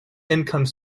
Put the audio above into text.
income